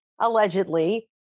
allegedly